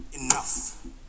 enough